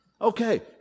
Okay